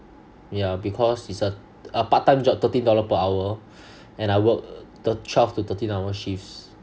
yeah because it's a part time job thirteen dollar per hour and I work the twelve to thirteen hours shifts